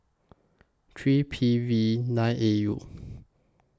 three P V nine A U